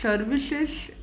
services